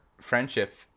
friendship